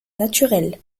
naturel